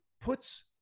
puts